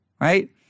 right